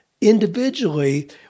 individually